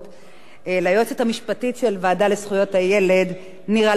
ליועצת המשפטית של הוועדה לזכויות הילד נירה לאמעי,